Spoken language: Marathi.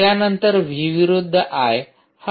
त्यानंतर व्ही विरुद्ध आय हा आलेख काढा